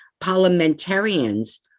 parliamentarians